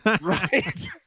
Right